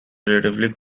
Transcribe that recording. relatively